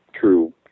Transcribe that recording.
true